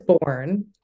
born